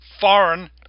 foreign